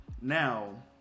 Now